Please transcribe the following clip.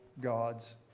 God's